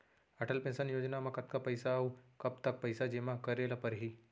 Atal pension योजना म कतका पइसा, अऊ कब तक पइसा जेमा करे ल परही?